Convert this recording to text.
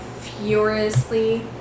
furiously